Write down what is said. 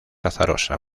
azarosa